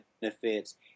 benefits